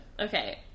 Okay